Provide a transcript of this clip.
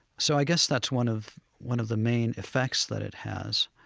so i guess that's one of one of the main effects that it has.